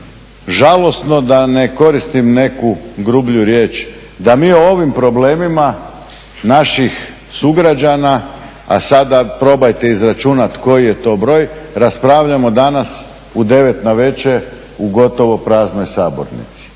žalosno da ne koristim neku grublju riječ da mi o ovim problemima naših sugrađana, a sada probajte izračunati koji je to broj raspravljamo danas u 9 navečer u gotovo praznoj sabornici.